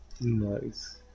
Nice